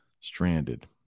Stranded